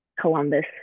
Columbus